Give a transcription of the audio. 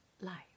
life